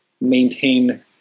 maintain